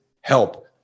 help